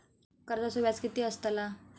कर्जाचो व्याज कीती असताला?